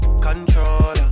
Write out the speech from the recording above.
controller